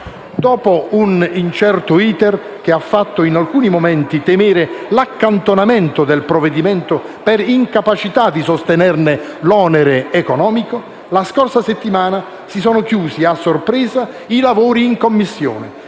Dopo un *iter* incerto, che in alcuni momenti ha fatto temere l'accantonamento del provvedimento per incapacità di sostenerne l'onere economico, la scorsa settimana si sono chiusi a sorpresa i lavori in Commissione,